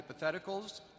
hypotheticals